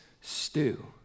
stew